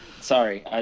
Sorry